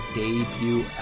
debut